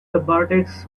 vertex